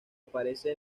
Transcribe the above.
aparece